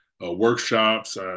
workshops